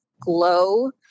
glow